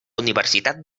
universitat